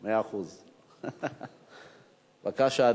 בבקשה,